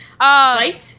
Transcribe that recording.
Right